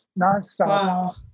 nonstop